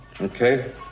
okay